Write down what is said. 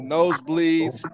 Nosebleeds